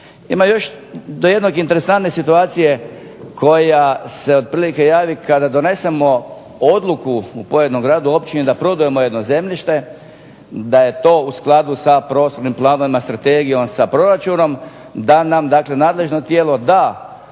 To je jedna interesantna situacija koja se otprilike javi kada donesemo odluku u pojedinom gradu, općini, da prodajemo jedno zemljište, da je to u skladu sa prostornim planovima, strategijom, sa proračunom, da nam dakle nadležno tijelo da